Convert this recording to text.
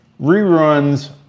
reruns